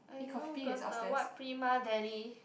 I know got the what Prima-Deli